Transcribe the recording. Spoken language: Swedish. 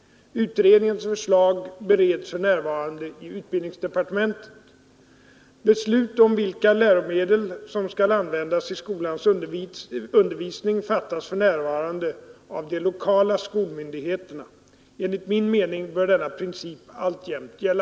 Utredningens förslag bereds för närvarande i utbildningsdepartementet. Beslut om vilka läromedel som skall användas i skolans undervisning fattas för närvarande av de lokala skolmyndigheterna. Enligt min mening bör denna princip alltjämt gälla.